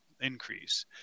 increase